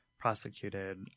prosecuted